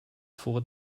vor